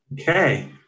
Okay